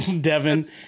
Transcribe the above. Devin